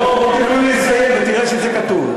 תנו לי לסיים ותראה שזה כתוב.